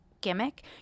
gimmick